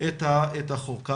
את החוק.